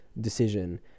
decision